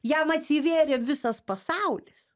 jam atsivėrė visas pasaulis